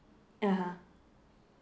(uh huh)